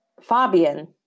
Fabian